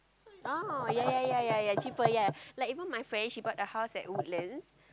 oh ya ya ya ya cheaper ya like even my friend she bought a house at Woodlands